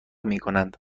میکنند